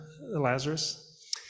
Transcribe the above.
Lazarus